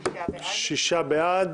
6 בעד